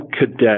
Cadet